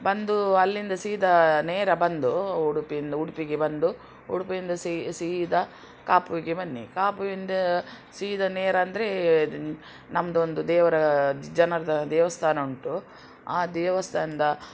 ಬಂದು ಅಲ್ಲಿಂದ ಸೀದ ನೇರ ಬಂದು ಉಡುಪಿಯಿಂದ ಉಡುಪಿಗೆ ಬಂದು ಉಡುಪಿಯಿಂದ ಸೀದ ಕಾಪುಗೆ ಬನ್ನಿ ಕಾಪುಯಿಂದ ಸೀದ ನೇರ ಅಂದರೇ ನಮ್ಮದೊಂದು ದೇವರ ಜನಾರ್ಧನ ದೇವಸ್ಥಾನ ಉಂಟು ಆ ದೇವಸ್ತಾನದ